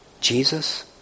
Jesus